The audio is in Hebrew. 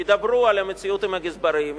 ידברו על המציאות של הגזברים,